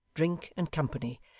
drink, and company,